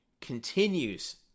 continues